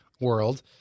world